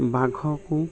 ବାଘକୁ